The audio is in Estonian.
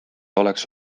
oleks